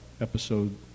episode